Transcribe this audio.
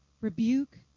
rebuke